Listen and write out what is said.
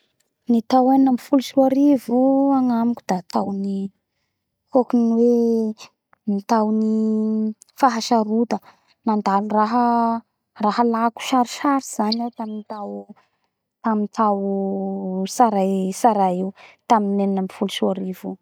Ny tao enina ambifolo sy roa arivo agnamiko da taony ohany hoe ny taony fahasarota mandlo raha lako sarotsarotsy zay iaho tamy tao tamy tao tsaray tsaray io tamy eny amby folo sy roa arivo io